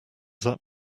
that